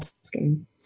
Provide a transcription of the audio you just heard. scheme